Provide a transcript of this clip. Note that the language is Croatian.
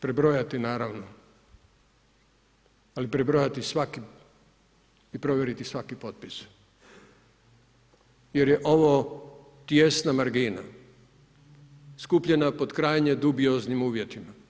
Prebrojati, naravno, ali prebrojati svaki i provjeriti svaki potpis, jer je ovo tijesna margina, skupljena po krajnje dubioznim uvjetima.